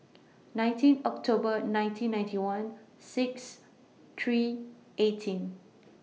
nineteen October nineteen ninety one six three eighteen